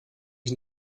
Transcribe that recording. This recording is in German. ich